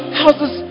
houses